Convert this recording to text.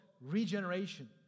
regeneration